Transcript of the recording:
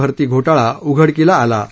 भरती घोटाळा उघडकीस आला आहे